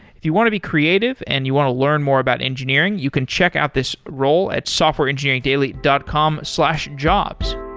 if you want to be creative and you want to learn more about engineering, you can check out this role at softwareengineeringdaily dot com jobs